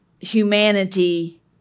humanity